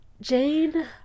Jane